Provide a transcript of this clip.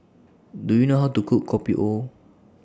Do YOU know How to Cook Kopi O